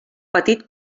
petit